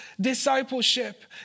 discipleship